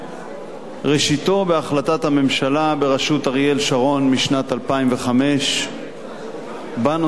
ראשיתו בהחלטת הממשלה בראשות אריאל שרון משנת 2005 בנושא הזה,